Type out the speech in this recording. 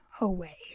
away